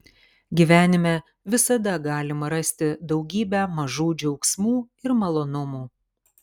gyvenime visada galima rasti daugybę mažų džiaugsmų ir malonumų